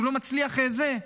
שהוא לא מצליח זה.